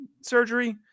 surgery